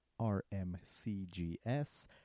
rmcgs